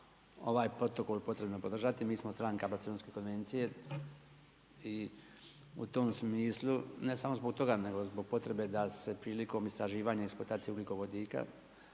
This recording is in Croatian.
ovaj Protokol potrebno podržati, mi smo stranka Barcelonske konvencije. I u tom smislu, ne samo zbog toga, nego zbog potrebe da se prilikom istraživanja i eksploatacije ugljikovodika